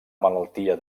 malaltia